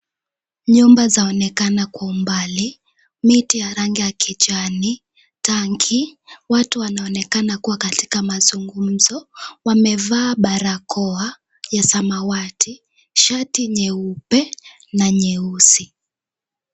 Nyumba zaonekana kwa umbali. Miti ya rangi ya kijani, tanki. Watu wanaonekana kuwa katika mazungumzo. Wamevaa barakoa ya samawati, shati nyeupe na nyeusi.